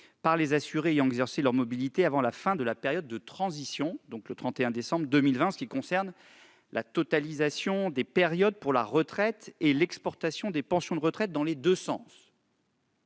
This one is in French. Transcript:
par les assurés ayant exercé leur mobilité avant la fin de la période de transition- le 31 décembre 2020 -, en ce qui concerne la totalisation des périodes pour la retraite et l'exportation des pensions de retraite dans les deux sens.